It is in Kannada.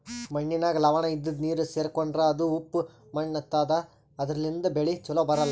ಮಣ್ಣಿನಾಗ್ ಲವಣ ಇದ್ದಿದು ನೀರ್ ಸೇರ್ಕೊಂಡ್ರಾ ಅದು ಉಪ್ಪ್ ಮಣ್ಣಾತದಾ ಅದರ್ಲಿನ್ಡ್ ಬೆಳಿ ಛಲೋ ಬರ್ಲಾ